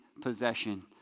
possession